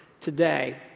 today